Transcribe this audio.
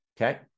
okay